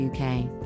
UK